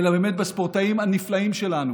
אלא באמת את הספורטאים הנפלאים שלנו,